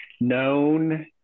known